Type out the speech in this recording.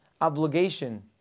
obligation